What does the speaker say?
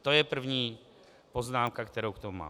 To je první poznámka, kterou k tomu mám.